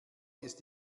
ist